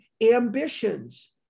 ambitions